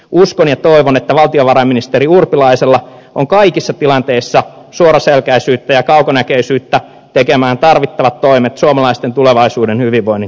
uskon ja toivon että valtiovarainministeri urpilaisella on kaikissa tilanteissa suoraselkäisyyttä ja kaukonäköisyyttä tekemään tarvittavat toimet suomalaisten tulevaisuuden hyvinvoinnin turvaamiseksi